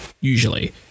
Usually